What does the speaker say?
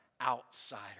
outsider